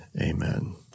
Amen